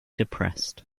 depressed